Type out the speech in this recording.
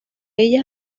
ellas